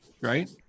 right